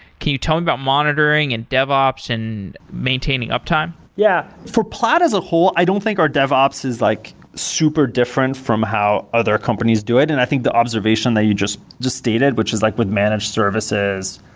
can you tell me about monitoring and devops and maintaining uptime? yeah. yeah. for plaid as a whole, i don't think our devops is like super different from how other companies do it, and i think the observation that you just just stated, which is likely like with managed services,